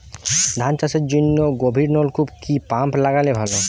ধান চাষের জন্য গভিরনলকুপ কি পাম্প লাগালে ভালো?